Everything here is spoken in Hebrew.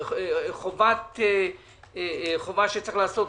וחובה שיש לעשותה,